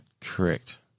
Correct